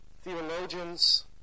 theologians